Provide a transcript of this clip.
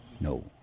No